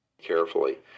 Carefully